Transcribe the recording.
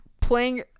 playing